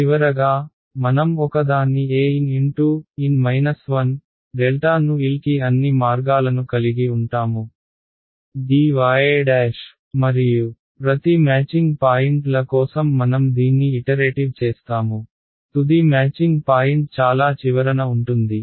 చివరగా మనం ఒకదాన్ని aN∆ ను L కి అన్ని మార్గాలను కలిగి ఉంటాము dy మరియు ప్రతి మ్యాచింగ్ పాయింట్ల కోసం మనం దీన్ని ఇటరేటివ్ చేస్తాము తుది మ్యాచింగ్ పాయింట్ చాలా చివరన ఉంటుంది